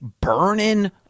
burning